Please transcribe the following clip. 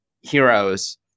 heroes